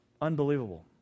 Unbelievable